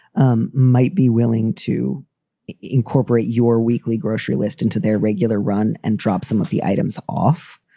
um might be willing to incorporate your weekly grocery list into their regular run and drop some of the items off,